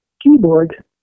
keyboard